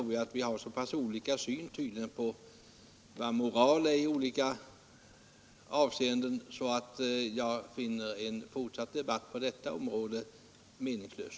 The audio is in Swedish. Vi har också så pass olika syn på vad moral är i olika avseenden att jag finner en fortsatt debatt på detta område meningslös.